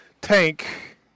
tank